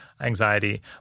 anxiety